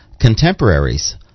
contemporaries